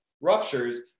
ruptures